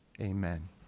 Amen